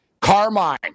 Carmine